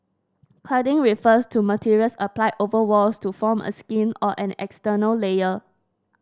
cladding refers to materials applied over walls to form a skin or an external layer